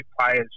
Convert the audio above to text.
players